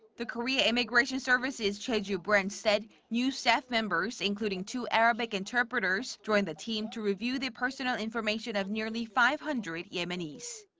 the korea immigration service's jeju branch said new staff members including two arabic interpreters joined the team to review the personal information of nearly five hundred yemenis.